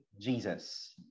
Jesus